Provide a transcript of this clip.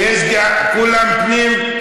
כולם פנים?